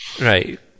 Right